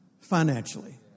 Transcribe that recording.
financially